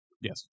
Yes